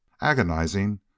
agonizing